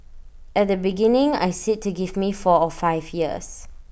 at the beginning I said to give me four or five years